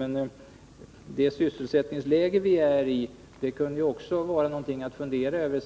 Med tanke på det sysselsättningsläge som vi befinner oss i skulle man kanske fundera över